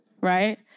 right